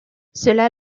cela